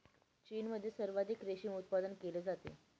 चीनमध्ये सर्वाधिक रेशीम उत्पादन केले जाते